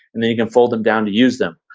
and then you can fold them down to use them.